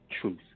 truth